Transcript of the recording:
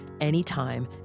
anytime